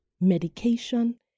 medication